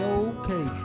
okay